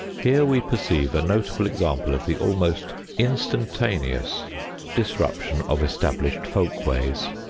here we perceive a notable example of the almost instantaneous disruption of established folk-ways.